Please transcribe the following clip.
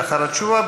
לאחר התשובה,